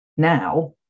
Now